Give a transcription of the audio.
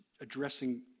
addressing